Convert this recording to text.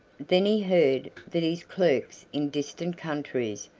then he heard that his clerks in distant countries,